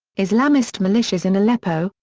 islamist militias in aleppo,